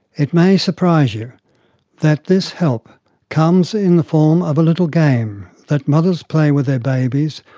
it may surprise you that this help comes in the form of a little game that mothers play with their babies,